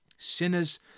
Sinners